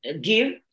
give